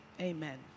amen